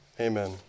amen